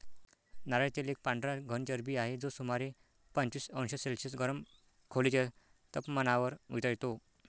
नारळ तेल एक पांढरा घन चरबी आहे, जो सुमारे पंचवीस अंश सेल्सिअस गरम खोलीच्या तपमानावर वितळतो